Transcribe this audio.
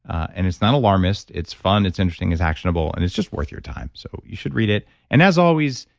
and it's not alarmist. it's fun. it's interesting. interesting. it's actionable, and it's just worth your time. so, you should read it and as always,